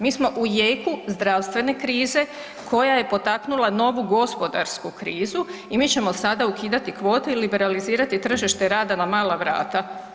Mi smo u jeku zdravstvene krize koja je potaknula novu gospodarsku krizu i mi ćemo sada ukidati kvote i liberalizirati tržište rada na mala vrata.